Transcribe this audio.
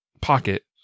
pocket